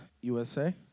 USA